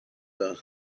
the